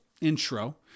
intro